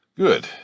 Good